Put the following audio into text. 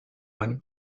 bunny